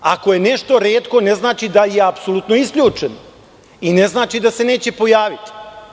Ako je nešto retko, ne znači da je i apsolutno isključeno i ne znači da se neće pojaviti.